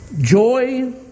Joy